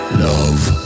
love